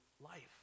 life